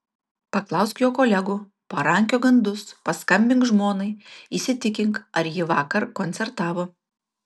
paklausk jo kolegų parankiok gandus paskambink žmonai įsitikink ar ji vakar koncertavo